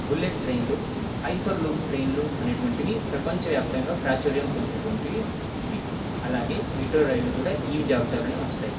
bullet ట్రైన్లు hyperloop ట్రైన్లు అలాంటివి ప్రపంచవ్యాప్తంగా ప్రాచుర్యం పొందినటువంటివి ఇవి అలాగే మిట్రో రైళ్లు కూడా ఈ జాబితాలోనే వస్తాయి